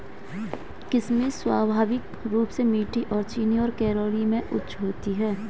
किशमिश स्वाभाविक रूप से मीठी और चीनी और कैलोरी में उच्च होती है